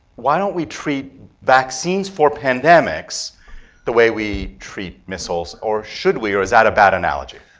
why don't we treat vaccines for pandemics the way we treat missiles, or should we? or is that a bad analogy?